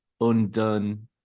undone